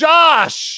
Josh